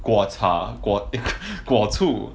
果茶 eh 果醋